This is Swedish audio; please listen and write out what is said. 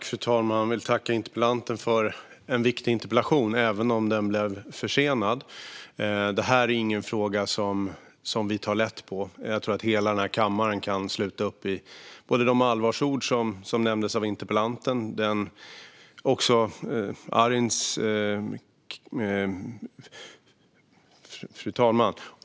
Fru talman! Jag vill tacka ledamoten för en viktig interpellation även om svaret blev försenat. Det här är ingen fråga som vi tar lätt på. Jag tror att hela denna kammare kan sluta upp bakom interpellantens allvarsord.